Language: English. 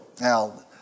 Now